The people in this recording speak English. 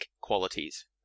qualities